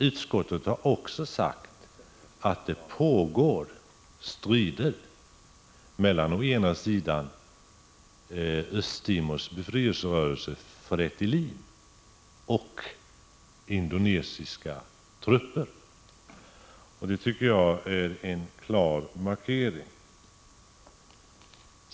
Utskottet har också sagt att det pågår strider mellan Östtimors befrielserörelse Fretilin och indonesiska trupper. Det tycker jag är en klar markering.